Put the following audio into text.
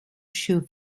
shoe